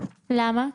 למה?